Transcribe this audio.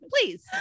please